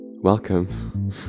Welcome